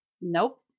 nope